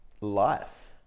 life